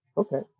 Okay